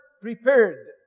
prepared